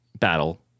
Battle